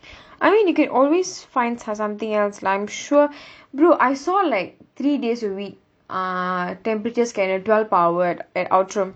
I mean you could always find so~ something else lah I'm sure brother I saw like three days a week ah temperature scanner twelve per hour at outram